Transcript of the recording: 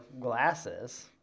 glasses